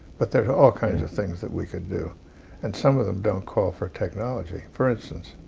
but there's all kinds of things that we could do and some of them don't call for technology. for instance,